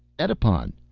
edipon,